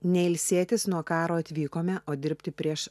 ne ilsėtis nuo karo atvykome o dirbti prieš